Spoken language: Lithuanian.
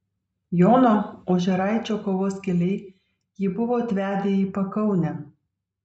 jono ožeraičio kovos keliai jį buvo atvedę į pakaunę